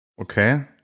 Okay